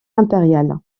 impériale